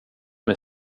med